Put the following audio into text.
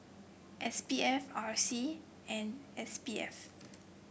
S P F R C and S P F